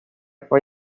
for